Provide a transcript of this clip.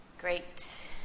Great